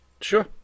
sure